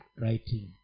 writing